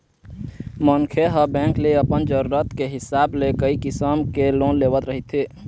मनखे ह बेंक ले अपन जरूरत के हिसाब ले कइ किसम के लोन लेवत रहिथे